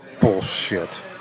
Bullshit